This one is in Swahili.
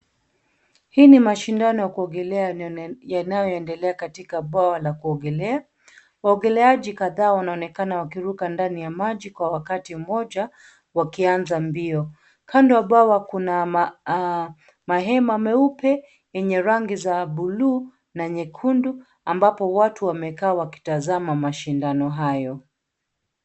Hii ni mashindano ya kuogelea yanayoendelea katika bwawa la kuogelea. Waogeleaji kadhaa wanaonekana wakiruka ndani ya maji kwa wakati mmoja wakianza mbio. Kando ya bwawa kuna mahema meupe yenye rangi za buluu na nyekundu ambapo watu wamekaa wakitazama mashindano hayo.